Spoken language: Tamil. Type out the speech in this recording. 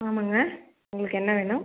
ஆமாம்ங்க உங்களுக்கு என்ன வேணும்